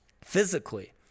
physically